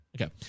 Okay